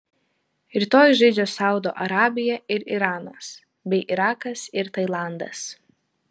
rytoj žaidžia saudo arabija ir iranas bei irakas ir tailandas